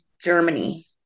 Germany